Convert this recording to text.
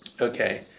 Okay